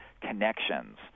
connections